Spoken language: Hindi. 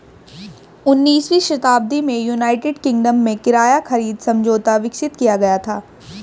उन्नीसवीं शताब्दी में यूनाइटेड किंगडम में किराया खरीद समझौता विकसित किया गया था